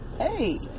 Hey